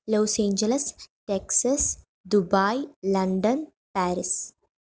loss Angeles Texas Dubai London Paris